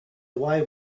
away